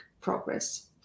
progress